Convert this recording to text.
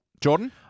Jordan